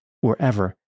wherever